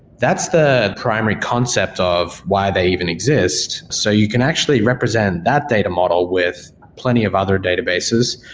that's the primary concept of why they even exist. so you can actually represent that data model with plenty of other databases.